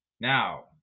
Now